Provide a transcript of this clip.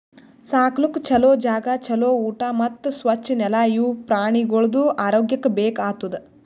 ಸಾಕ್ಲುಕ್ ಛಲೋ ಜಾಗ, ಛಲೋ ಊಟಾ ಮತ್ತ್ ಸ್ವಚ್ ನೆಲ ಇವು ಪ್ರಾಣಿಗೊಳ್ದು ಆರೋಗ್ಯಕ್ಕ ಬೇಕ್ ಆತುದ್